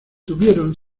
tuvieron